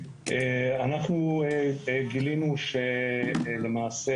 אנחנו גילינו שלמעשה